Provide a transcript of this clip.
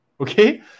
Okay